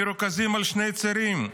מרוכזים על שני צירים: